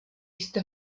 jste